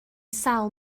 sawl